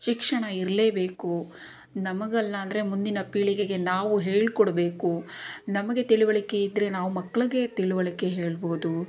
ಶಿಕ್ಷಣ ಇರಲೇಬೇಕು ನಮಗಲ್ಲ ಅಂದರೆ ಮುಂದಿನ ಪೀಳಿಗೆಗೆ ನಾವು ಹೇಳ್ಕೊಡ್ಬೇಕು ನಮಗೆ ತಿಳುವಳಿಕೆ ಇದ್ದರೆ ನಾವು ಮಕ್ಳಿಗೆ ತಿಳುವಳಿಕೆ ಹೇಳ್ಬೋದು